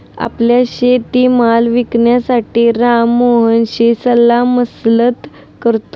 आपला शेतीमाल विकण्यासाठी राम मोहनशी सल्लामसलत करतो